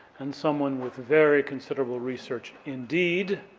and someone with very considerable research indeed,